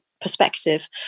perspective